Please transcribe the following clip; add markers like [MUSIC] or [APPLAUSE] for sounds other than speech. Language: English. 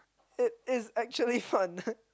it is actually fun [LAUGHS]